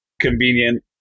convenient